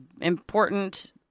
important